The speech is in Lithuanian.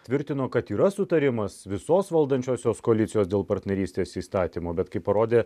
tvirtino kad yra sutarimas visos valdančiosios koalicijos dėl partnerystės įstatymo bet kaip parodė